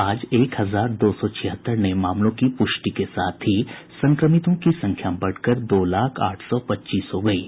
आज एक हजार दो सौ छिहत्तर नये मामलों की पुष्टि के साथ ही संक्रमितों की संख्या बढ़कर दो लाख आठ सौ पच्चीस हो गयी है